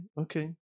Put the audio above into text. okay